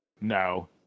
No